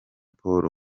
paul